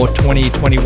2021